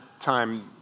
time